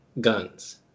guns